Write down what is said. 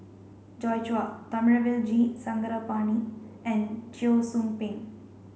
Joi Chua Thamizhavel G Sarangapani and Cheong Soo Pieng